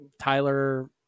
Tyler